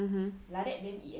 mmhmm